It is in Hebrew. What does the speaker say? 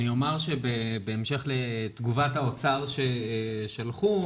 אני אומר שבהמשך לתגובת האוצר ששלחו,